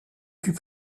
plus